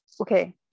okay